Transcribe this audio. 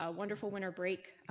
ah wonderful winter break,